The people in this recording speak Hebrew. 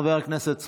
חבר הכנסת סמוטריץ',